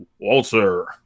Walter